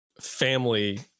family